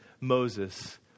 Moses